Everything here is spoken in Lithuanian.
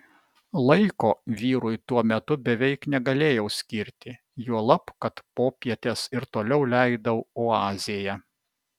laiko vyrui tuo metu beveik negalėjau skirti juolab kad popietes ir toliau leidau oazėje